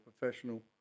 professional